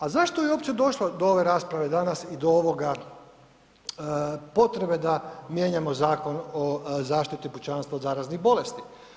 A zašto je uopće došlo do ove rasprave danas i do ovoga potrebe da mijenjamo Zakon o zaštiti pučanstva od zaraznih bolesti.